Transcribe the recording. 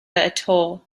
atoll